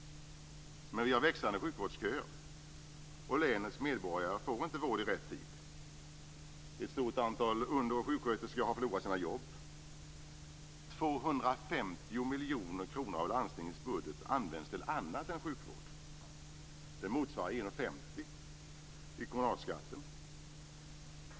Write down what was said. Men vi har växande sjukvårdsköer, och länets medborgare får inte vård i rätt tid. Ett stort antal under och sjuksköterskor har förlorat sina jobb. Av landstingets budget används 250 miljoner kronor till annat än sjukvård. Det motsvarar 1:50 i kommunalskatt.